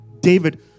David